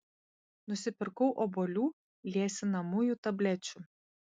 nusipirkau obuolių liesinamųjų tablečių